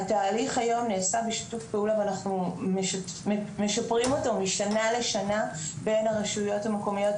הרשות יכולה לפנות למשרד החינוך ולקבל את ההרשאה הכספית המתאימה.